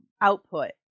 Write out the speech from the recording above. output